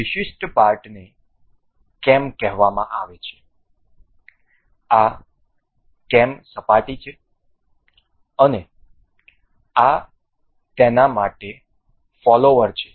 તેથી આ વિશિષ્ટ પાર્ટને કેમ કહેવામાં આવે છે આ કેમ સપાટી છે અને આ તેના માટે ફોલોવર છે